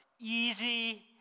easy